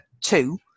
two